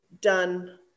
done